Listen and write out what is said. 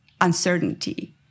uncertainty